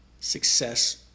success